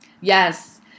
Yes